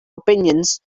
opinions